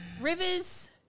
Rivers